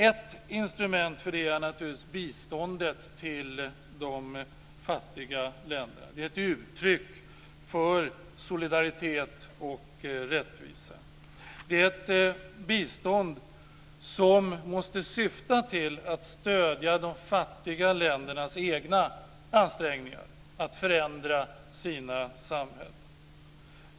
Ett instrument för detta är naturligtvis biståndet till de fattiga länderna. Det är ett uttryck för solidaritet och rättvisa. Detta bistånd måste syfta till att stödja de fattiga ländernas egna ansträngningar att förändra sina samhällen.